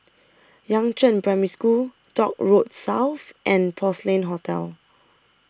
Yangzheng Primary School Dock Road South and Porcelain Hotel